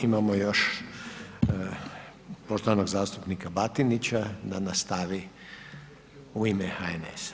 Imamo još poštovanog zastupnika Batinića da nastavi u ime HNS-a.